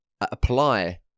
apply